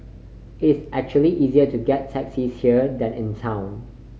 it is actually easier to get taxis here than in town